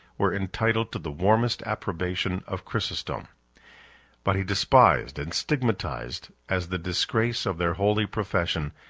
were entitled to the warmest approbation of chrysostom but he despised and stigmatized, as the disgrace of their holy profession,